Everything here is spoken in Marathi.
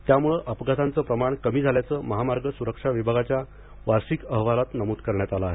त्यामुळे अपघातांचे प्रमाण कमी झाल्याचे महामार्ग सुरक्षा विभागाच्या वार्षिक अहवालात नमूद करण्यात आले आहे